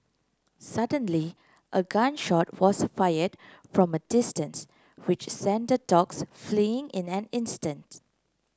suddenly a gun shot was fired from distance which sent dogs fleeing in an instant